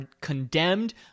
condemned